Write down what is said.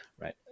right